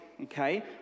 okay